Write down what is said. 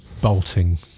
bolting